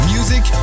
Music